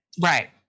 Right